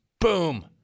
Boom